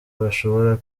bashobora